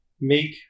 make